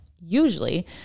usually